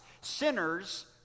sinners